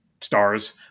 Stars